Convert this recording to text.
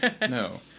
No